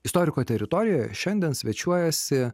istoriko teritorijoje šiandien svečiuojasi